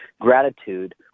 gratitude